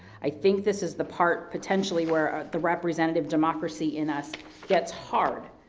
i think this is the part potentially where the representative democracy in us gets hard,